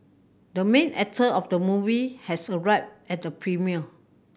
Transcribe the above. the main actor of the movie has arrived at the premiere